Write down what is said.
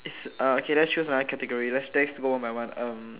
is uh okay let's choose another category let's let's go one by one um